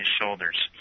shoulders